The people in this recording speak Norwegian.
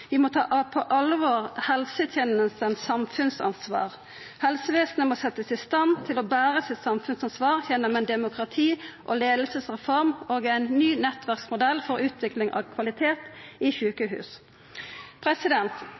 Vi må ta på alvor samfunnsansvaret til helsetenesta. Helsevesenet må setjast i stand til å bera sitt samfunnsansvar gjennom ei demokrati- og leiingsreform og ein ny nettverksmodell for utvikling av kvalitet i sjukehus.